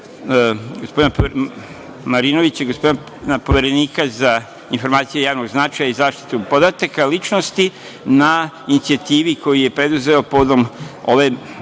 Marinovića, Poverenika za informacije od javnog značaja i zaštitu podataka o ličnosti, na inicijativi koju je preduzeo povodom ove,